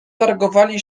targowali